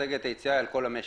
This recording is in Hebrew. אסטרטגיית היציאה על כל המשק.